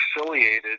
affiliated